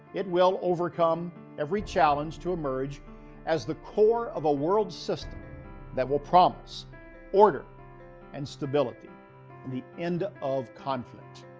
it will overcome every challenge to emerge as the core of a world system that will promise order and stability the end of conflict.